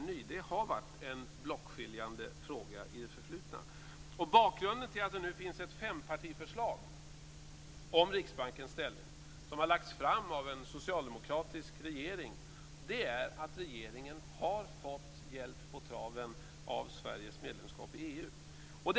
Detta har varit en blockskiljande fråga i det förflutna. Bakgrunden till att det nu finns ett fempartiförslag om Riksbankens ställning som har lagts fram av en socialdemokratisk regering är att regeringen har fått hjälp på traven av Sveriges medlemskap i EU.